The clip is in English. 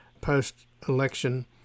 post-election